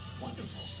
wonderful